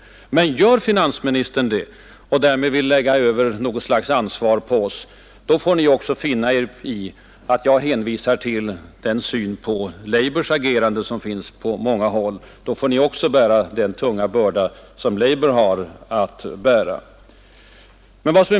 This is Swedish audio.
Men gör finansministern det och vill lägga över något ansvar på oss för vad det konservativa partiet i England uträttar, då får ni också finna er i att jag hänvisar till den syn på labours agerande som finns på många håll. Då får ni bära den tunga börda som labour har att bära.